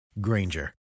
Granger